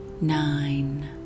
nine